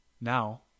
Now